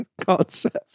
concept